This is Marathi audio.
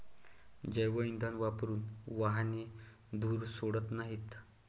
जैवइंधन वापरून वाहने धूर सोडत नाहीत